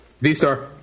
V-Star